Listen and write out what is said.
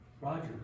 Roger